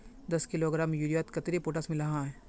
दस किलोग्राम यूरियात कतेरी पोटास मिला हाँ?